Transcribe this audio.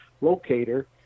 locator